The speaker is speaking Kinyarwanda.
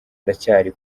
ndacyari